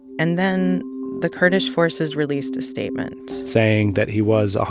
and then the kurdish forces released a statement saying that he was, ah